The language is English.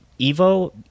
Evo